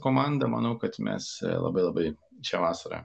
komanda manau kad mes labai labai šią vasarą